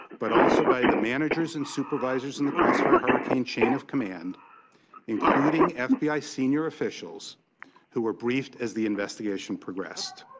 but also by the managers and supervisors in the crossfire hurricane chain of command including f b i. senior officials who were briefed as the investigation progressed.